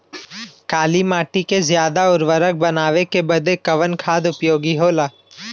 काली माटी के ज्यादा उर्वरक बनावे के बदे कवन खाद उपयोगी होला?